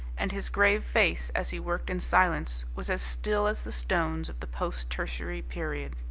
and his grave face as he worked in silence was as still as the stones of the post-tertiary period.